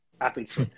athletes